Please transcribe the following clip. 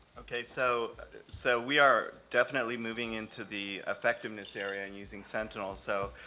okay, so so we are definitely moving into the effectiveness area and using sentinel so